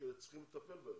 שצריכים לטפל בהם,